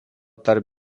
tarp